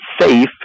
safe